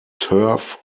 turf